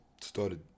started